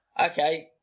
Okay